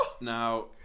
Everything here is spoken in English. Now